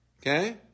Okay